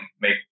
make